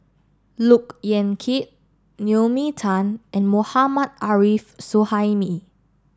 Look Yan Kit Naomi Tan and Mohammad Arif Suhaimi